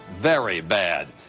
very bad.